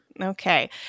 Okay